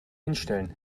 hinstellen